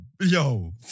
yo